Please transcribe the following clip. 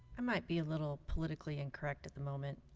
i might be a little politically incorrect at the moment